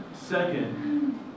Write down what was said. Second